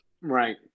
Right